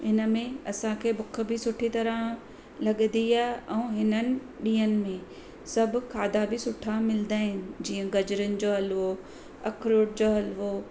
हुनमें असांखे बुख बी सुठी तरहं लगंदी आहे ऐं हिननि ॾिंहनि में सभु खाधा बि सुठा मिलंदा आहिनि जीअं गजरीनि जो हलवो अखरोट जो हलवो